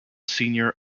senior